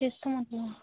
तेच तर म्हणते ना